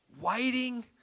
Waiting